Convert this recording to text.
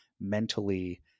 mentally